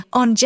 on